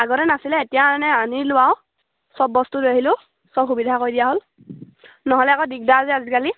আগতে নাছিলে এতিয়া মানে আনিলোঁ আৰু চব বস্তু লৈ আহিলোঁ চব সুবিধা কৰি দিয়া হ'ল নহ'লে আকৌ দিগদাৰ যে আজিকালি